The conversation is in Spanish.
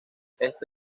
esto